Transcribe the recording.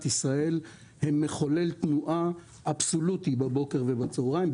ישראל הם מחולל תנועה אבסולוטי בבוקר ובצוהריים,